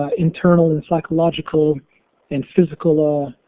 ah internal and psychological and physical